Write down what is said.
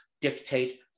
dictate